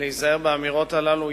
ולהיזהר באמירות הללו.